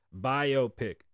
Biopic